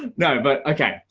no but okay,